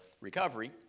recovery